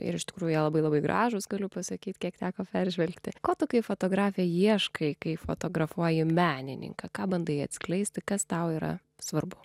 ir iš tikrųjų jie labai labai gražūs galiu pasakyti kiek teko peržvelgti ko tu kaip fotografė ieškai kai fotografuoji menininką ką bandai atskleisti kas tau yra svarbu